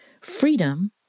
freedom